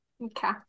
Okay